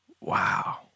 Wow